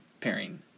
pairing